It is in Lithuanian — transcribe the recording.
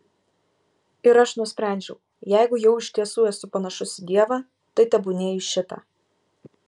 ir aš nusprendžiau jeigu jau iš tiesų esu panašus į dievą tai tebūnie į šitą